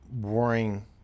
worrying